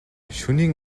шөнийн